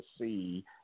see